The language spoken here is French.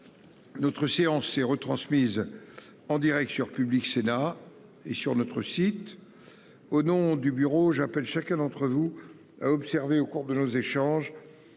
Notre séance et retransmise en Direct sur Public Sénat et sur notre site. Au nom du bureau. J'appelle chacun d'entre vous a observé au cours de nos échanges.